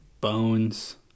Bones